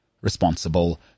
responsible